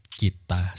kita